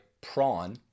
prawn